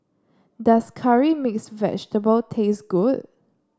does Curry Mixed Vegetable taste good